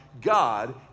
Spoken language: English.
God